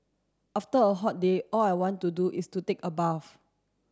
after a hot day all I want to do is to take a bath